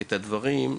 את הדברים,